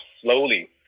slowly